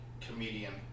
comedian